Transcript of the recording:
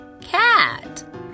cat